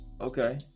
okay